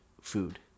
food